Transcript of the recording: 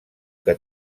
que